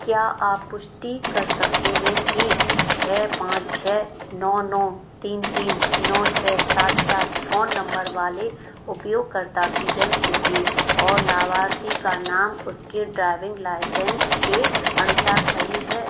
क्या आप पुष्टि कर सकते हैं कि छः पाँच छः नौ नौ तीन तीन नौ छः सात चार फ़ोन नंबर वाले उपयोगकर्ता की जन्म तिथि और लाभार्थी का नाम उसके ड्राइविंग लाइसेंस के अनुसार सही है